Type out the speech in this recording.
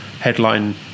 headline